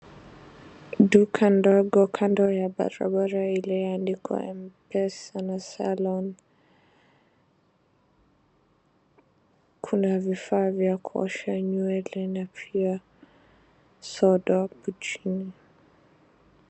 Duka ndogo kando ya barabara ile imeandikwa M-Pesa na Salon . Kuna vifaa vya kuosha nywele na pia soda hapo chini.